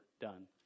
done